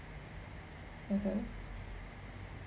(uh huh)